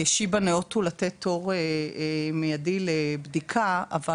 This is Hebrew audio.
שיבא ניאותו לתת תור מיידי לבדיקה אבל